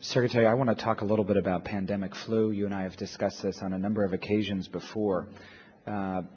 sir to say i want to talk a little bit about pandemic flu you and i have discussed this on a number of occasions before